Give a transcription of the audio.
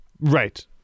Right